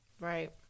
Right